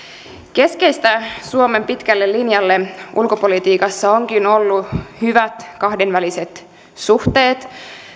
keskeistä suomen pitkälle linjalle ulkopolitiikassa ovatkin olleet hyvät kahdenväliset suhteet